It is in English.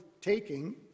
taking